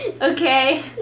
okay